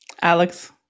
Alex